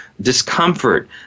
Discomfort